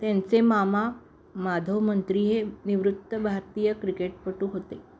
त्यांचे मामा माधव मंत्री हे निवृत्त भारतीय क्रिकेटपटू होते